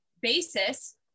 basis